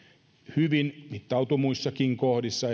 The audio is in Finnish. hyvin se mittautuu ehdottomasti muissakin kohdissa